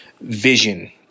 vision